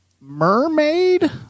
mermaid